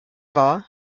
wahr